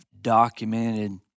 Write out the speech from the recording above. documented